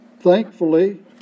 Thankfully